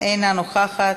אינה נוכחת,